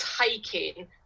taking